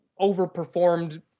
overperformed